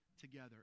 together